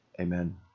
Amen